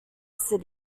city